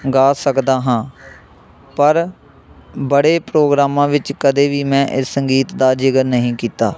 ਗਾ ਸਕਦਾ ਹਾਂ ਪਰ ਬੜੇ ਪ੍ਰੋਗਰਾਮਾਂ ਵਿੱਚ ਕਦੇ ਵੀ ਮੈਂ ਇਸ ਸੰਗੀਤ ਦਾ ਜ਼ਿਕਰ ਨਹੀਂ ਕੀਤਾ